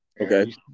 Okay